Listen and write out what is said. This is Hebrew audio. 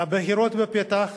הבחירות בפתח.